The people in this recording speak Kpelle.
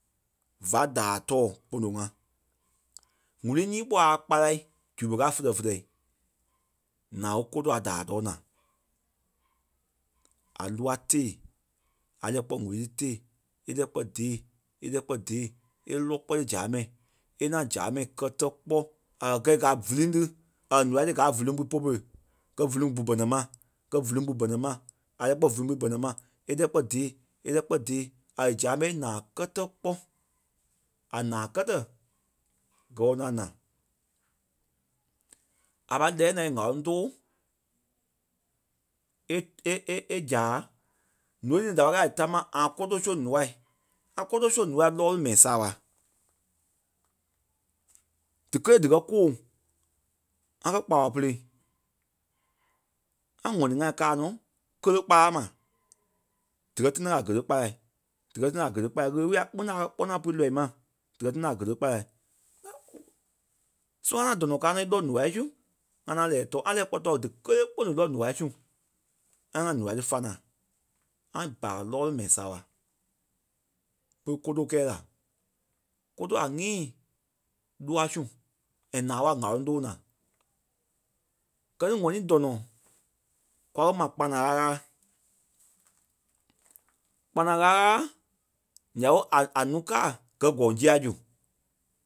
va daa tɔɔ pono ŋa. ŋ̀úrui nyii kpɔ́ a kpala zu pere kaa fulɛ-fulɛɛ naa ɓe kóto a daa tɔɔ naa. A loa tée a lɛ́ɛ kpɔ́ ŋ̀úrui ti tée e lɛ́ɛ kpɔ́ dée, e lɛ́ɛ kpɔ́ dée, e lɔ́ ti zâmai e ŋaŋ zâmai kɛ́tɛ kpɔ́ a kɛ̀ kɛi ka víliŋ ti or noa ti gaa víliŋ ti po pere gɛ́ víliŋ pu banama, gɛ́ víliŋ pu banama. A lɛ́ɛ kpɔ́ víliŋ pu banama e lɛ́ɛ kpɔ́ dée. e lɛ́ɛ kpɔ́ dée a lí zâmai naa kɛtɛ kpɔ́. A naa kɛtɛ gɔɔ ŋaŋ naa. A pai lɛɛ naa e ŋ̀áloŋ tóo e- e- e- e- zaa. Ǹúu ti da pai kɛi a dí tamaa ŋa kóto soŋ nôa. ŋa kóto soŋ nôa lɔɔlu mɛi saaɓa. Díkelee díkɛ kɔ́ɔŋ. ŋa kɛ̀ kpawɔ̂ pili, ŋa ŋ̀ɔnii kaa nɔ géle kpala ma dikɛ tina a gèle kpala, dikɛ tina a gèle kpala. Ɣele-wulii a kpîŋ a kɛ̀ ŋaŋ pui lɔ́ii ma díkɛ tina a géle kpala. ɓa- sɔ́ya dɔnɔ kaa nɔ e lɔ́ noa su ŋa ŋaŋ lɛɛ tɔɔ ŋa lɛ́ɛ kpɔ́ tɔɔ díkelee kpîŋ dí lɔ́ noa su. ŋa lí ŋa noa ti fana. ŋa baa lɔɔlu mɛi saaɓa ɓé kóto kɛɛ la. Kóto a nyîi loa su and naa ɓé a ŋ̀áloŋ tóo naa. Gɛ ni ŋɔni dɔnɔ kwa kɛ̀ ma kpana-ɣaɣála. Kpana-ɣaɣála nya ɓé a- a- nuu káa gɛ́ kɔ̂ŋ zia zu